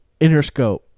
Interscope